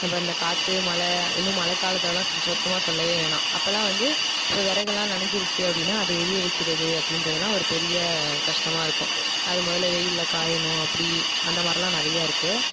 அப்போ அந்த காற்று மழை இன்னும் மழை காலத்துலெலாம் சு சுத்தமாக சொல்லவே வேணாம் அப்பெல்லாம் வந்து இப்போ விறகுலாம் நனைஞ்சிருச்சி அப்படின்னா அது எறிய வைக்கிறது அப்படின்றதலாம் ஒரு பெரிய கஷ்டமாக இருக்கும் அது முதலில் வெயிலில் காயணும் அப்படி அந்த மாதிரிலாம் நிறைய இருக்குது